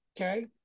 Okay